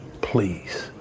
please